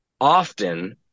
often